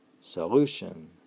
solution